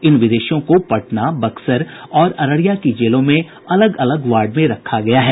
इन विदेशियों को पटना बक्सर और अररिया की जेलों में अलग अलग वार्ड में रखा गया है